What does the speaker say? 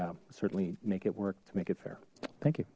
we certainly make it work to make it fair thank you